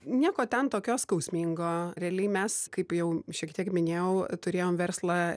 nieko ten tokio skausmingo realiai mes kaip jau šiek tiek minėjau turėjom verslą